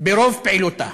ברוב פעילותה.